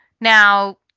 Now